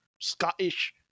scottish